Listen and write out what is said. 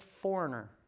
foreigner